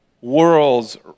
world's